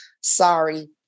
sorry